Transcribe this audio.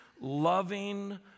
Loving